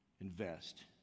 Invest